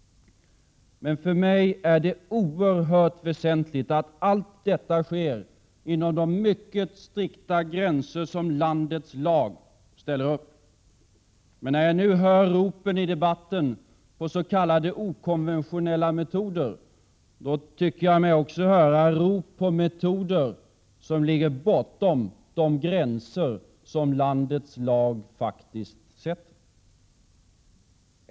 För mig är det oerhört väsentligt att allt detta sker inom de mycket strikta gränser som landets lag fastställer. När jag nu hör ropen i debatten på s.k. okonventionella metoder, tycker jag mig också höra rop på metoder som ligger bortom de gränser som landets lag faktiskt sätter.